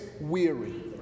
weary